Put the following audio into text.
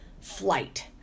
flight